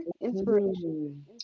Inspiration